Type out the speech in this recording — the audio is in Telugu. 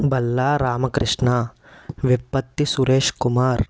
బల్లా రామకృష్ణ విప్పత్తి సురేష్ కుమార్